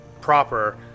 proper